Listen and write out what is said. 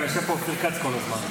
יושב פה גם אופיר כץ כל הזמן.